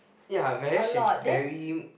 ya but then she very